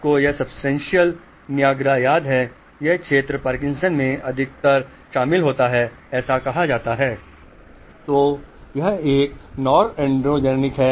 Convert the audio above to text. आपको यह substantial niagaraयाद है ऐसा कहा जाता है कि यह क्षेत्र पार्किंसंस रोग मे अधिकतर शामिल होता है यह एक नॉरएड्रेनेर्जिक है